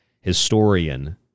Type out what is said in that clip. historian